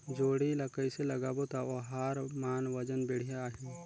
जोणी ला कइसे लगाबो ता ओहार मान वजन बेडिया आही?